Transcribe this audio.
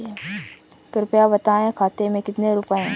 कृपया बताएं खाते में कितने रुपए हैं?